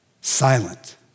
Silent